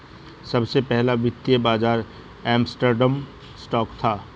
सबसे पहला वित्तीय बाज़ार एम्स्टर्डम स्टॉक था